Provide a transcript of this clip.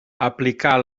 aplicar